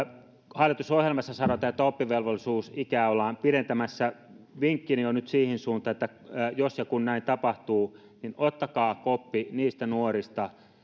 hallitusohjelmassa sanotaan että oppivelvollisuusikää ollaan pidentämässä vinkkini on nyt siihen suuntaan että jos ja kun näin tapahtuu niin ottakaa koppi niistä nuorista